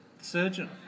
surgeon